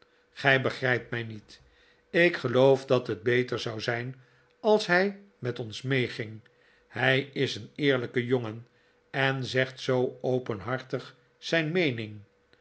gij begrijpt mij niet ik geloof dat het beter zou zijn als hij met ons meeging hij is een eerlijke jongen en zegt zoo openhartig zijn meening